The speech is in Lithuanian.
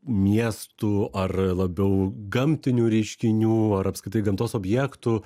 miestų ar labiau gamtinių reiškinių ar apskritai gamtos objektų